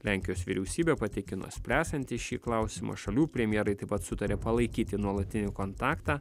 lenkijos vyriausybė patikino spręsianti šį klausimą šalių premjerai taip pat sutarė palaikyti nuolatinį kontaktą